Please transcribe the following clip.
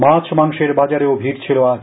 মাছ মাংসের বাজারেও ভিড ছিল আজ